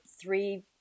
three